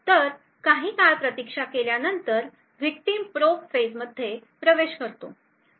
तर काही काळ प्रतीक्षा केल्यानंतर विक्टिम प्रोब फेझ मध्ये प्रवेश करतो